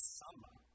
summer